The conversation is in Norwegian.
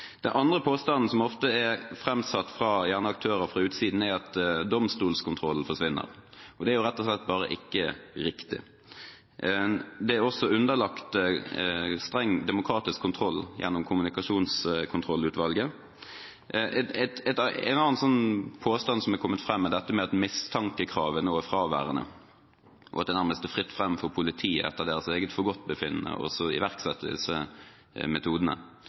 Den andre påstanden som ofte er framsatt, gjerne fra aktører fra utsiden, er at domstolskontrollen forsvinner. Det er rett og slett ikke riktig. Det er også underlagt streng demokratisk kontroll gjennom Kommunikasjonskontrollutvalget. En annen påstand som er kommet fram, er at mistankekravet nå er fraværende, og at det nærmest er fritt fram for politiet etter eget forgodtbefinnende å iverksette disse metodene bare fordi det